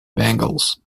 bengals